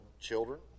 children